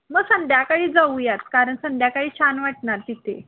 मग संध्याकाळी जाऊयात कारण संध्याकाळी छान वाटणार तिथे